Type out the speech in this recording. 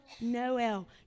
Noel